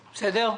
בסדר.